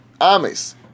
Amis